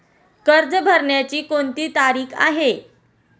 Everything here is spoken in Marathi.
कर्ज भरण्याची कोणती तारीख आहे?